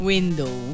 Window